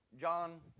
John